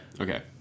Okay